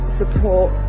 support